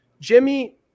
Jimmy